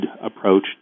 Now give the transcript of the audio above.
approach